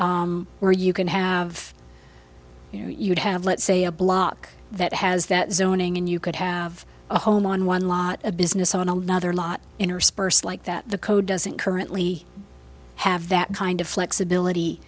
mixed where you can have you know you'd have let's say a block that has that zoning and you could have a home on one lot of business on a nother lot intersperse like that the code doesn't currently have that kind of flexibility